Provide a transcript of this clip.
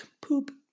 Poop